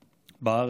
בארץ.